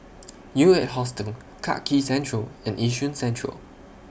U eight Hostel Clarke Quay Central and Yishun Central